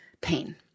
pain